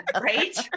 right